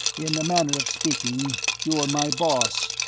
in a manner of speaking, you're my boss.